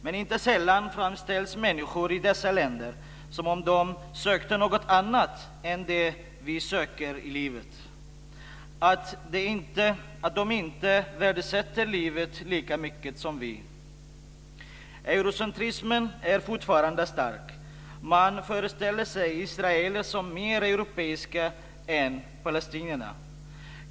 Men inte sällan framställs människor i sådana här länder som om de sökte något annat än det som vi söker i livet, som om de inte värdesätter livet lika mycket som vi. Eurocentrismen är fortfarande stark. Man föreställer sig israeler som mer europeiska än palestinierna.